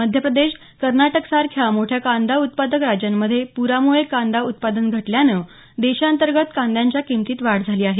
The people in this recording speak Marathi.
मध्यप्रदेश कर्नाटकसारख्या मोठ्या कांदा उत्पादक राज्यांमध्ये पुरामुळे कांदा उत्पादन घटल्यानं देशांतर्गत कांद्याच्या किंमतीत वाढ झाली आहे